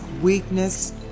weakness